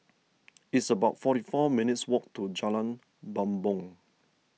it's about forty four minutes' walk to Jalan Bumbong